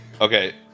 Okay